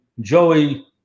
Joey